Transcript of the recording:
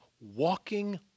walking